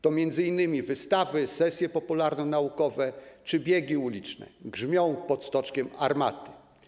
To m.in. wystawy, sesje popularnonaukowe czy biegi uliczne „Grzmią pod Stoczkiem armaty”